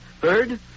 Third